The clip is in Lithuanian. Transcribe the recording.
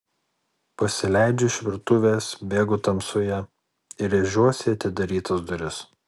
pasileidžiu iš virtuvės bėgu tamsoje ir rėžiuosi į atidarytas duris